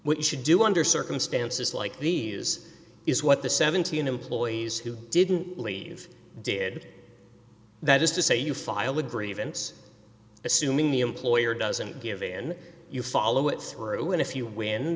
you do under circumstances like these is what the seventeen employees who didn't leave did that is to say you file a grievance assuming the employer doesn't give in you follow it through and if you win